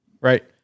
Right